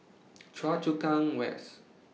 Choa Chu Kang West